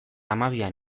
hamabian